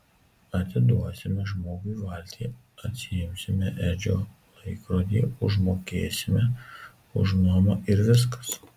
atiduosime žmogui valtį atsiimsime edžio laikrodį užmokėsime už nuomą ir viskas